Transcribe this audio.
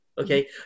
Okay